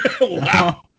Wow